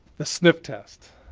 the sniff test.